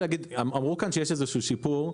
אמרו כאן שיש איזשהו שיפור,